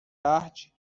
arte